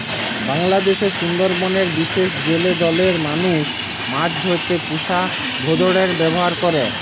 বাংলাদেশের সুন্দরবনের বিশেষ জেলে দলের মানুষ মাছ ধরতে পুষা ভোঁদড়ের ব্যাভার করে